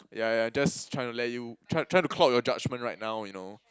yeah yeah just trying to let you trying trying to cloud your judgement right now you know